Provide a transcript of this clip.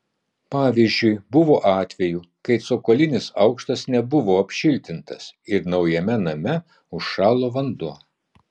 pavyzdžiui buvo atvejų kai cokolinis aukštas nebuvo apšiltintas ir naujame name užšalo vanduo